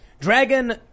Dragon